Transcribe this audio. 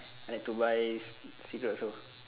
I need to buy cigarette also